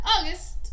August